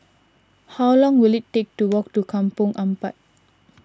how long will it take to walk to Kampong Ampat